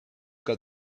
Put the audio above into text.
got